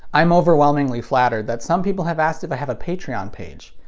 i'm overwhelmingly flattered that some people have asked if i have a patreon page.